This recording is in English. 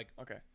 Okay